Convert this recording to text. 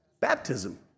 Baptism